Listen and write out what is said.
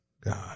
God